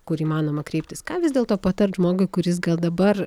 kur įmanoma kreiptis ką vis dėlto patart žmogui kuris gal dabar